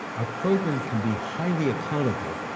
a program can be highly accountable,